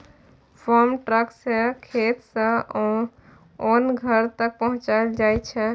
farm truck सँ खेत सँ ओन घर तक पहुँचाएल जाइ छै